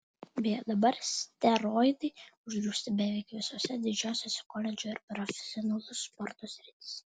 beje dabar steroidai uždrausti beveik visose didžiosiose koledžų ir profesionalaus sporto srityse